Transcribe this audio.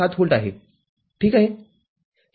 ७ volt आहे ठीक आहे